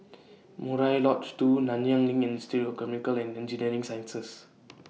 Murai Lodge two Nanyang LINK and Institute of Chemical and Engineering Sciences